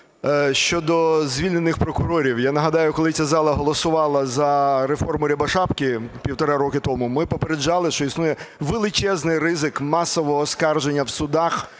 щодо звільнених прокурорів. Я нагадаю, коли ця зала голосувала за реформи Рябошапки півтора роки тому, ми попереджали, що існує величезний ризик масового оскарження в судах